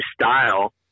style